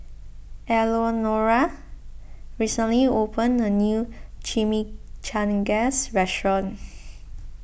Eleonora recently opened a new Chimichangas restaurant